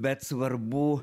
bet svarbu